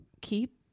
keep